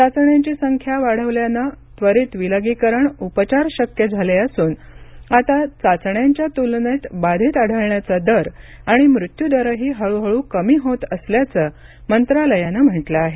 चाचण्यांची संख्या वाढवल्यानं त्वरित विलगीकरण उपचार शक्य झाले असून आता चाचण्यांच्या तुलनेत बाधित आढळण्याचा दर आणि मृत्यू दरही हळूहळू कमी होत असल्याचं मंत्रालयानं म्हटलं आहे